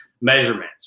measurements